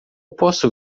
posso